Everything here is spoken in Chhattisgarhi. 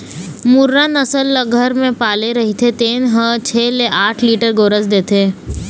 मुर्रा नसल ल घर म पाले रहिथे तेन ह छै ले आठ लीटर गोरस देथे